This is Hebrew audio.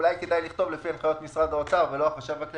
אולי כדאי לכתוב: לפי הנחיות משרד האוצר ולא החשב הכללי,